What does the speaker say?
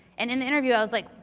and in the interview i was like,